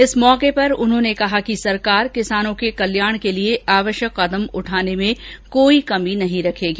इस अवसर पर उन्होंने कहा कि सरकार किसानों के कल्याण के लिए आवश्यक कदम उठाने में कोई कमी नहीं रखेगी